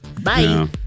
bye